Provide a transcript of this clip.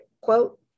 quote